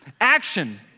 action